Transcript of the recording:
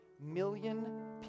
million